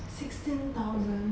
sixteen thousand